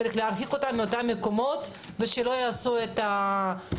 צריך להרחיק אותם מאותם מקומות ושלא יעשו טרור,